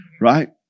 right